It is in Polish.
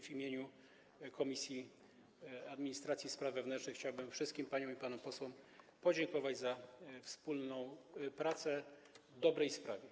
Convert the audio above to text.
W imieniu Komisji Administracji i Spraw Wewnętrznych chciałbym wszystkim paniom i panom posłom podziękować za wspólną pracę w dobrej sprawie.